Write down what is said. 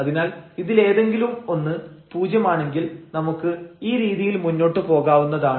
അതിനാൽ ഇതിലേതെങ്കിലും 1 പൂജ്യമാണെങ്കിൽ നമുക്ക് ഈ രീതിയിൽ മുന്നോട്ടു പോകാവുന്നതാണ്